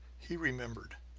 he remembered.